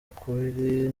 ukubiri